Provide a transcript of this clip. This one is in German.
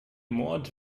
mord